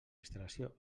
instal·lació